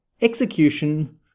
execution